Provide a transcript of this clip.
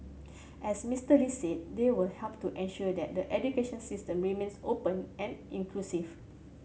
as Mister Lee said they will help to ensure that the education system remains open and inclusive